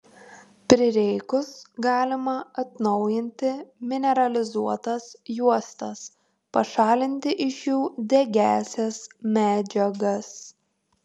prireikus galima atnaujinti mineralizuotas juostas pašalinti iš jų degiąsias medžiagas